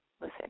Listen